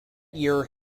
year